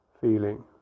feeling